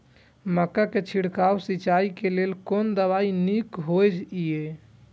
मक्का के छिड़काव सिंचाई के लेल कोन दवाई नीक होय इय?